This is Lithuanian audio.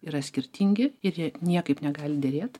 yra skirtingi ir jie niekaip negali derėt